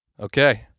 Okay